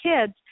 kids –